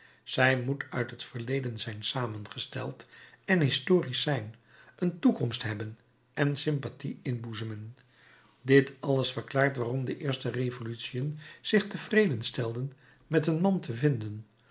zij moet uit het verleden zijn samengesteld en historisch zijn een toekomst hebben en sympathie inboezemen dit alles verklaart waarom de eerste revolutiën zich tevreden stellen met een man te vinden